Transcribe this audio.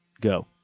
Go